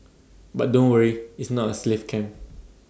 but don't worry its not A slave camp